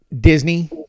disney